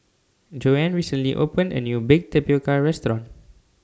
Joanne recently opened A New Baked Tapioca Restaurant